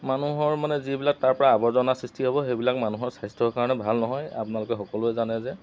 মানুহৰ মানে যিবিলাক তাৰপৰা আৱৰ্জনা সৃষ্টি হ'ব সেইবিলাক মানুহৰ স্বাস্থ্যৰ কাৰণে ভাল নহয় আপোনালোকে সকলোৱে জানে যে